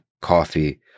coffee